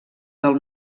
del